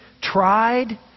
tried